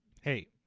hey